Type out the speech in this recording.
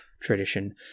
tradition